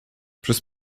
przez